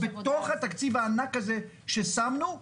בתוך התקציב הענק הזה ששמנו,